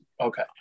okay